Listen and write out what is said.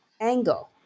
angle